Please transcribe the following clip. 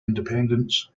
independence